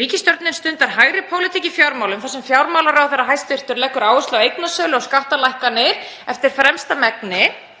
Ríkisstjórnin stundar hægri pólitík í fjármálum þar sem hæstv. fjármálaráðherra leggur áherslu á eignasölu og skattalækkanir eftir fremsta megni,